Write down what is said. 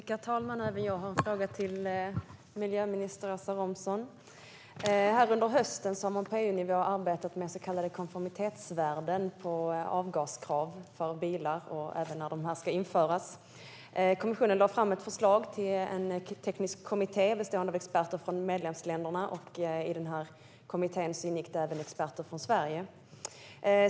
Herr talman! Även jag har en fråga till miljöminister Åsa Romson. Under hösten har man på EU-nivå arbetat med så kallade konformitetsvärden för avgaskrav på bilar och när de ska införas. Kommissionen lade fram ett förslag till en teknisk kommitté bestående av experter från medlemsländerna. I kommittén ingick även experter från Sverige.